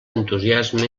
entusiasme